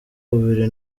bubiri